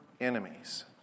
enemies